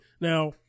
now